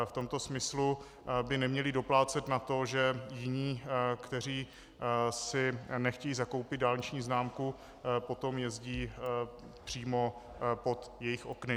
V tomto smyslu by neměli doplácet na to, že jiní, kteří si nechtějí zakoupit dálniční známku, potom jezdí přímo pod jejich okny.